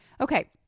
Okay